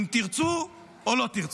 אם תרצו או לא תרצו.